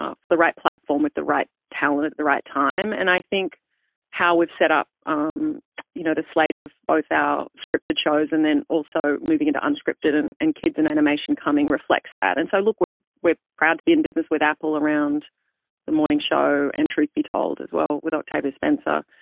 ah for the right platform with the right talent at the right time. and i think how we've set up, um you know, the slate of both our scripted shows, and then also moving into unscripted, and and kids and animation coming, reflects that. and so look, we're proud to be in business with apple around the morning show and truth be told as well, with octavia spencer.